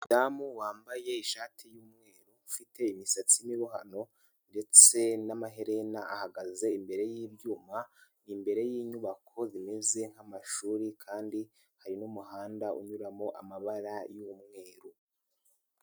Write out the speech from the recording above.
Umudamu wambaye ishati y'umweru ufite imisatsi y'imibohano ndetse n'amaherena, ahagaze imbere y'ibyuma, imbere y'inyubako imeze nk'amashuri kandi hari n'umuhanda unyuramo amabara y'umweru.